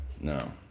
no